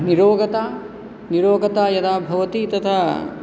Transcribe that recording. नीरोगता निरोगता यदा भवति तदा